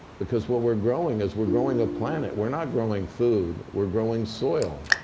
because what we're growing is we're growing a planet. we're not growing food. we're growing soil.